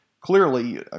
Clearly